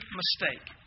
mistake